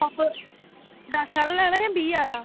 cup दस्स आह्ला लैना बीह् आह्ला